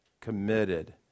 committed